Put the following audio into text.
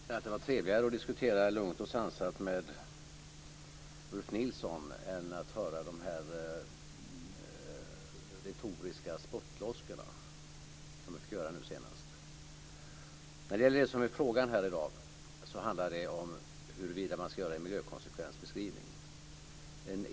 Fru talman! Det var trevligare att diskutera lugnt och sansat med Ulf Nilsson än att höra de retoriska spottloskor som vi fick höra nu. Frågan i dag handlar om huruvida man ska göra en miljökonsekvensbeskrivning.